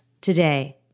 today